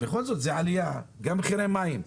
זה עלייה, גם במחירי המים.